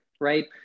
right